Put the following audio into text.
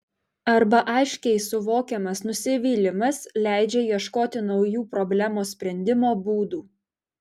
arba aiškiai suvokiamas nusivylimas leidžia ieškoti naujų problemos sprendimo būdų